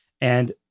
And-